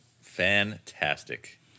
Fantastic